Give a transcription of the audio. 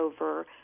over